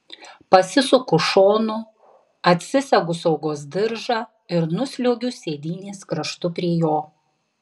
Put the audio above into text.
pasisuku šonu atsisegu saugos diržą ir nusliuogiu sėdynės kraštu prie jo